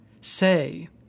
say